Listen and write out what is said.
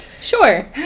Sure